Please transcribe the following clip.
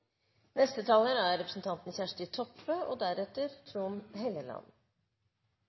Neste taler er representanten Eirik Sivertsen, deretter